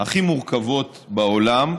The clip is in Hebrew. הכי מורכבות בעולם,